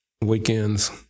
weekends